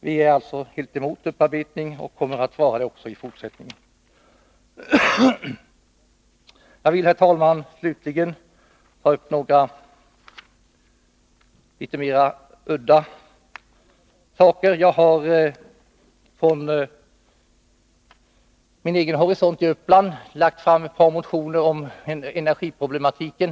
Vi är alltså emot upparbetning, och vi kommer att vara det också i fortsättningen. Jag vill, herr talman, slutligen ta upp några litet mer udda saker. Jag har från min egen horisont i Uppland väckt ett par motioner om energiproblematiken.